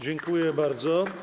Dziękuję bardzo.